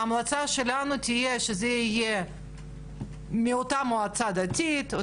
ההמלצה שלנו תהיה שזה יהיה מאותה מועצה דתית,